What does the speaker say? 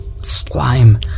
slime